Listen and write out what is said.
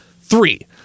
Three